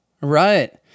Right